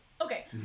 Okay